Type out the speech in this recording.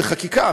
בחקיקה,